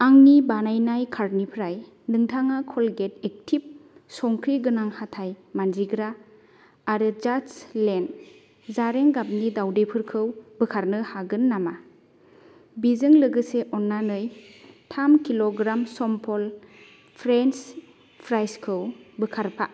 आंनि बानायनाय कार्टनिफ्राय नोंथाङा क'लगेट एक्टिभ संख्रि गोनां हाथाय मानजिग्रा आरो जास्ट लेइड जारें गाबनि दाउदैफोरखौ बोखारनो हागोन नामा बेजों लोगोसे अननानै थाम किल' ग्राम सफल फ्रेन्स फ्राइजखौ बोखारफा